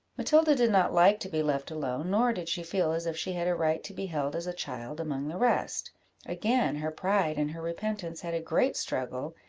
matilda did not like to be left alone, nor did she feel as if she had a right to be held as a child among the rest again her pride and her repentance had a great struggle,